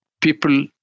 people